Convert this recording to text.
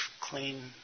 clean